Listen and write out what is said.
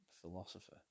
philosopher